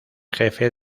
jefe